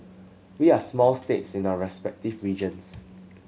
we are small states in our respective regions